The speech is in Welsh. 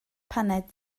paned